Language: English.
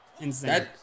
Insane